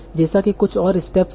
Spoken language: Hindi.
जैसे कि कुछ और स्टेप हैं